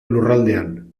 lurraldean